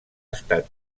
estat